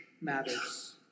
matters